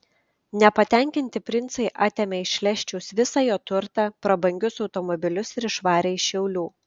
nepatenkinti princai atėmė iš leščiaus visą jo turtą prabangius automobilius ir išvarė iš šiaulių